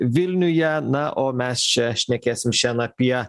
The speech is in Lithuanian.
vilniuje na o mes čia šnekėsim šian apie